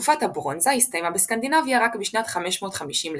תקופת הברונזה הסתיימה בסקנדינביה רק בשנת 550 לפנה"ס.